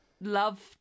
love